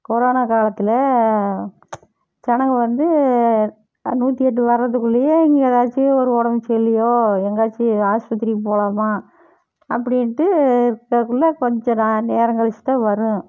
corona காலத்தில் ஜனங்கள் வந்து நூற்றி எட்டு வரதுக்குள்ளையே இங்கே எதாச்சும் ஒரு உடம்பு சரியில்லையோ எங்காச்சும் ஆஸ்பத்திரிக்கு போகலாமா அப்படின்ட்டு போகக்குள்ள கொஞ்சம் நே நேரம் கழித்து தான் வரும்